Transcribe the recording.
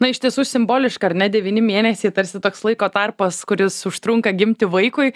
na iš tiesų simboliška ar ne devyni mėnesiai tarsi toks laiko tarpas kuris užtrunka gimti vaikui